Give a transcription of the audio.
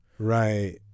Right